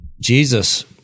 jesus